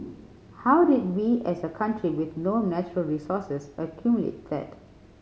how did we as a country with no natural resources accumulate that